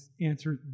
answer